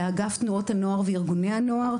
לאגף תנועות הנוער וארגוני הנוער,